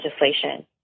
legislation